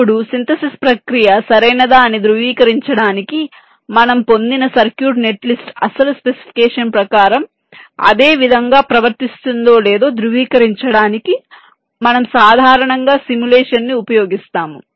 అప్పుడు సింథసిస్ ప్రక్రియ సరైనదా అని ధృవీకరించడానికి మనము పొందిన సర్క్యూట్ నెట్ లిస్ట్ అసలు స్పెసిఫికేషన్ ప్రకారం అదే విధంగా ప్రవర్తిస్తుందో లేదో ధృవీకరించడానికి మనము సాధారణంగా సిములేషన్ ను ఉపయోగిస్తాము